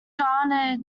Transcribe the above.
garnered